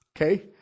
Okay